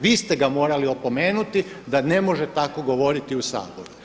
Vi ste ga morali opomenuti da ne može tako govoriti u Saboru.